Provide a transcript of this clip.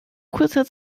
kurzer